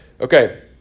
Okay